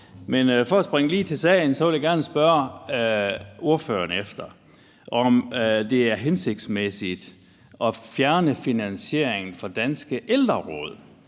men for at springe lige til sagen vil jeg gerne spørge ordføreren, om det er hensigtsmæssigt at fjerne finansieringen for Danske Ældreråd.